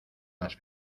las